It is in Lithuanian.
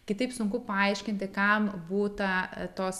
kitaip sunku paaiškinti kam būta tos